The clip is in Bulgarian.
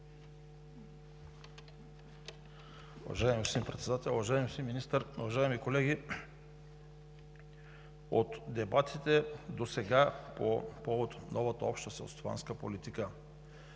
Уважаеми господин Председател, уважаеми господин Министър, уважаеми колеги! От дебатите досега по повод новата Обща селскостопанска политика